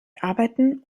arbeiten